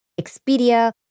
Expedia